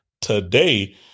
today